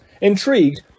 Intrigued